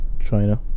China